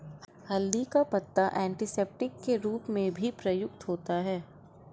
हल्दी का पत्ता एंटीसेप्टिक के रूप में भी प्रयुक्त होता है